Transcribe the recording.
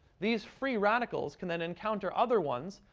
these free radicals can then encounter other ones,